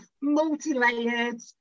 multi-layered